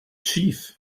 schief